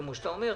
כמו שאתה אומר,